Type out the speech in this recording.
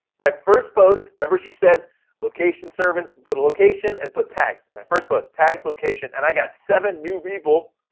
my first post, remember she said location service, put a location and put tags. my first post, tags, location and i got seven new people.